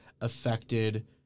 affected